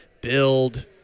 build